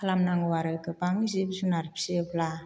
खालामनांगौ आरो गोबां जिब जुनार फिसियोब्ला